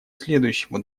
следующему